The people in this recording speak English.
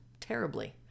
terribly